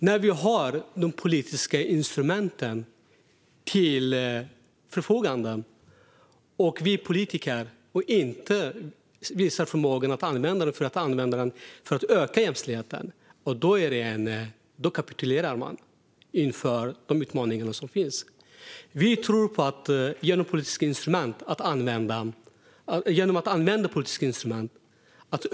När vi har politiska instrument till förfogande och vi politiker inte visar förmåga att använda dem för att öka jämställdheten kapitulerar vi inför de utmaningar som finns. Vi tror på att man kan öka jämställdhet och jämlikhet genom att använda politiska instrument.